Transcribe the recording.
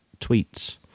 tweets